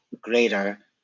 greater